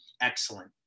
excellent